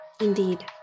indeed